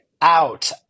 out